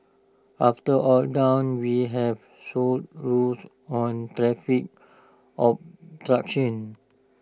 after all done we have solid rules on traffic obstruction